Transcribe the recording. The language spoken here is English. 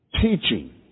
Teaching